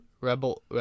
Rebel